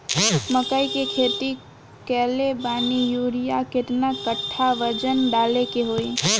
मकई के खेती कैले बनी यूरिया केतना कट्ठावजन डाले के होई?